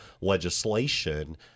legislation